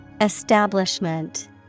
establishment